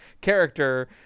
character